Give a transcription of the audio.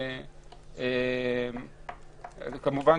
כמובן